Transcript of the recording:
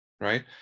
right